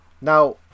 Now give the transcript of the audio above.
now